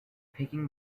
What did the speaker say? picking